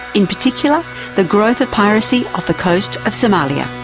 in particular the growth of piracy off the coast of somalia.